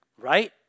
Right